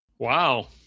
Wow